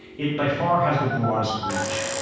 it by far has the broadest reach.